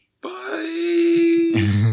Bye